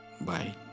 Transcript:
Bye